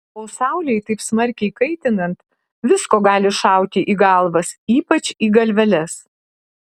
o saulei taip smarkiai kaitinant visko gali šauti į galvas ypač į galveles